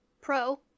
Pro